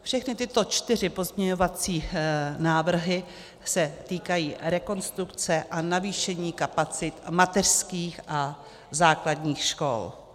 Všechny tyto čtyři pozměňovací návrhy se týkají rekonstrukce a navýšení kapacit mateřských a základních škol.